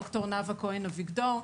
ד"ר נאוה כהן אביגדור.